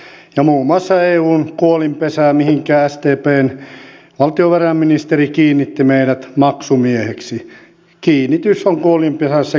ja muun muassa eun kuolinpesä mihinkä sdpn valtiovarainministeri kiinnitti meidät maksumieheksi niin kiinnitys on kuolinpesässä kiinnitys